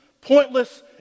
pointless